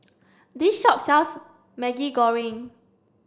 this shop sells Maggi Goreng